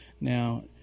Now